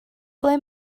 ble